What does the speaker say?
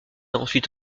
ensuite